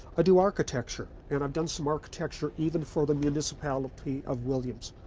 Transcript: ah do architecture and i've done some architecture even for the municipality of williams.